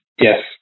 Yes